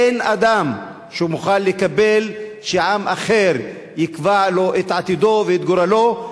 אין אדם שמוכן לקבל שעם אחר יקבע לו את עתידו ואת גורלו.